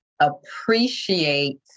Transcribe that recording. appreciate